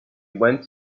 went